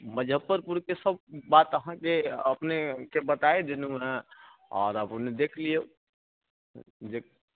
मुजफ्फरपुर के सब बात अहाँकेँ अपनेकेँ बताए देलहुँ हँ आओर अब हुने देख लिऔ जे